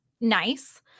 nice